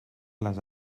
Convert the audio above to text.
les